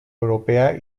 europea